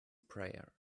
prayer